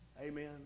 Amen